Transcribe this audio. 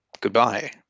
Goodbye